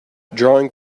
drawing